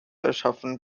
erschaffen